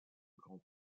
grand